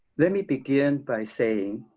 let me begin by saying